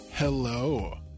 Hello